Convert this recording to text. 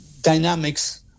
dynamics